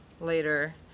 Later